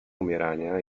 umierania